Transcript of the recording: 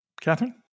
Catherine